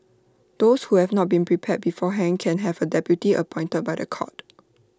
those who have not been prepared beforehand can have A deputy appointed by The Court